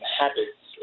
habits